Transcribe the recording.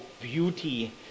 beauty